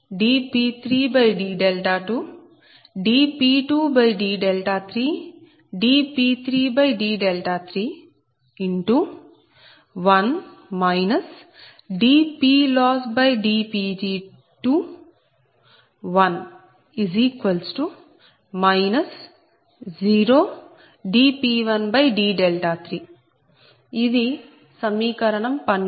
dP2d2 dP3d2 dP2d3 dP3d3 1 dPLossdPg2 1 0 dP1d3 ఇది సమీకరణం